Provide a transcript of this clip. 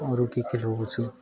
अरू के के लगाउँछु